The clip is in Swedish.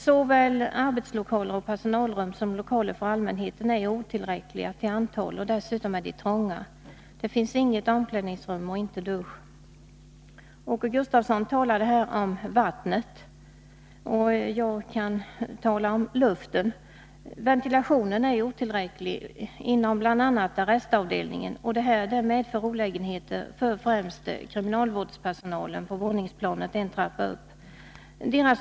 Såväl arbetslokaler och personalrum som lokaler för allmänheten är otillräckliga till antal och dessutom trånga. Omklädningsrum och dusch saknas. Åke Gustavsson talade om vattnet — jag kan tala om luften. Ventilationen är otillräcklig inom bl.a. arrestavdelningen, vilket medför olägenheter främst för kriminalvårdspersonalen på våningsplanet en trappa upp.